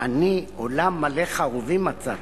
אני, עולם מלא חרובים מצאתי,